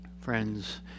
Friends